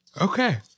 okay